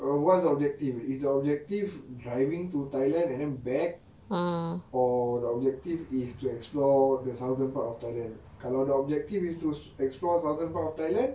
what's your objective is our objective driving to thailand and then back or the objective is to explore the southern part of thailand kalau the objective is to explore southern part of thailand